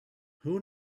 who